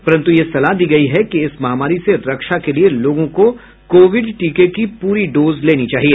परन्तु यह सलाह दी गई है कि इस महामारी से रक्षा के लिए लोगों को कोविड टीके की पूरी डोज लेनी चाहिए